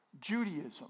Judaism